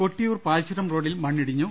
കൊട്ടിയൂർ പാൽചുരം റോഡിൽ മണ്ണിടിഞ്ഞു